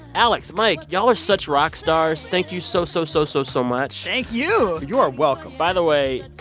alex, mike, y'all are such rock stars. thank you so, so, so, so, so much thank you you're welcome by the way,